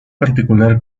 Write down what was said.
particular